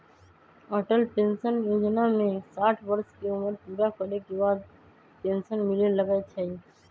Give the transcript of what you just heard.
Atal pension जोजना में साठ वर्ष के उमर पूरा करे के बाद पेन्सन मिले लगैए छइ